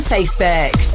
Facebook